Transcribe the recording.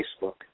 Facebook